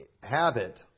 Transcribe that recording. habit